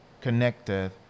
connected